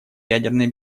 ядерной